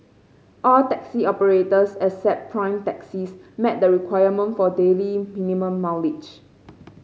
all taxi operators except Prime Taxis met the requirement for daily minimum mileage